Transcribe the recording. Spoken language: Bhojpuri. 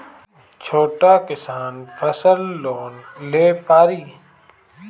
छोटा किसान फसल लोन ले पारी?